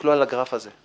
יסתכלו על הגרף הזה,